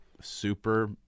super